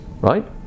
right